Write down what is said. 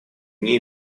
мне